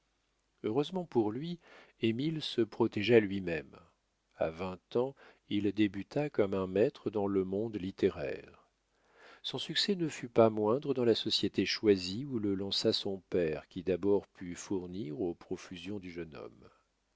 heureusement pour lui émile se protégea lui-même a vingt ans il débuta comme un maître dans le monde littéraire son succès ne fut pas moindre dans la société choisie où le lança son père qui d'abord put fournir aux profusions du jeune homme